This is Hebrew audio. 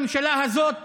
בממשלת הזאת,